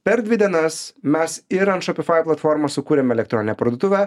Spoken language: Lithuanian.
per dvi dienas mes ir ant shopify platformos sukūrėm elektroninę parduotuvę